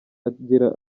agira